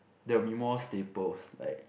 that would be more staples like